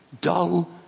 dull